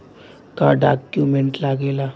का डॉक्यूमेंट लागेला?